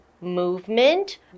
movement